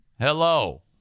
Hello